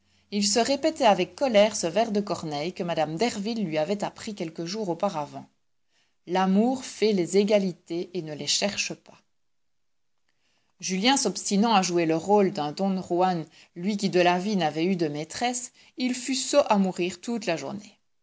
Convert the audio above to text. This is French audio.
il se répétait avec colère ce vers de corneille que mme derville lui avait appris quelques jours auparavant l'amour fait les égalités et ne les cherche pas julien s'obstinant à jouer le rôle d'un don juan lui qui de la vie n'avait eu de maîtresse il fut sot à mourir toute la journée